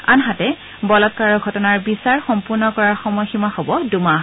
আনহাতে বলাৎকাৰৰ ঘটনাৰ বিচাৰ সম্পূৰ্ণ কৰাৰ সময়সীমা হব দুমাহ